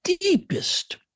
deepest